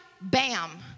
Bam